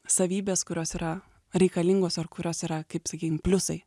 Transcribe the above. savybės kurios yra reikalingos ar kurios yra kaip sakykim pliusai